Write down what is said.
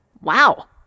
Wow